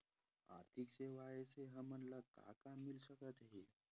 आर्थिक सेवाएं से हमन ला का मिल सकत हे?